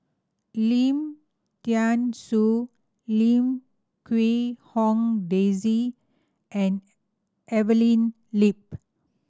Lim Thean Soo Lim Quee Hong Daisy and Evelyn Lip